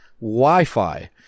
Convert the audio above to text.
wi-fi